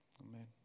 amen